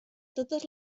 totes